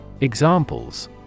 Examples